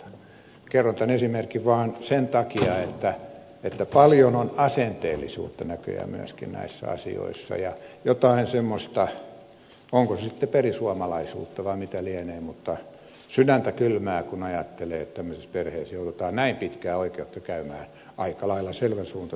kerron tämän esimerkin vaan sen takia että paljon on asenteellisuutta näköjään myöskin näissä asioissa ja jotain semmoista onko se sitten perisuomalaisuutta vai mitä lienee mutta sydäntä kylmää kun ajattelee että tämmöisessä perheessä joudutaan näin pitkään oikeutta käymään aika lailla selvän suuntaisessa asiassa